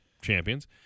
champions